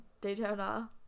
daytona